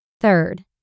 Third